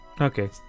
Okay